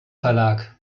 verlag